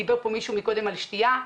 דובר פה על שתייה,